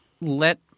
let –